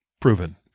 proven